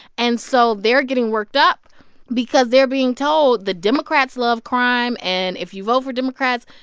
and so they're getting worked up because they're being told the democrats love crime. and if you vote for democrats,